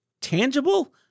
tangible